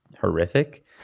horrific